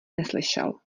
neslyšel